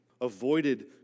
avoided